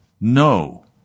no